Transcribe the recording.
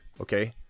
Okay